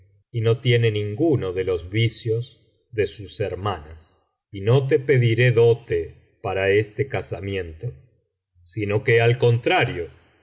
y no tiene ninguno de los vicios de sus hermanas y no te pediré dote para este casamiento sino que al contrario